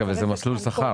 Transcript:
אבל זה מסלול שכר.